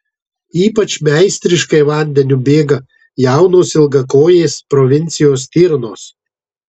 ypač meistriškai vandeniu bėga jaunos ilgakojės provincijos stirnos